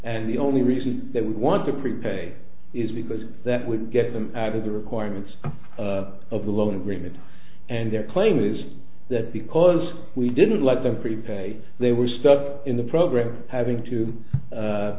and the only reason that we want to prepay is because that would get them to the requirements of the loan agreement and their claim is that because we didn't let them free pay they were stuck in the program having to